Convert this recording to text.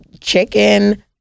chicken